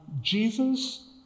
Jesus